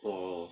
oh